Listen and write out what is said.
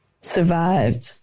survived